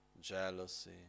jealousy